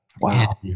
Wow